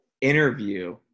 interview